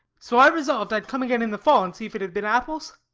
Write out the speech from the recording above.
so i resolved i'd come again in the fall and see if it had been apples.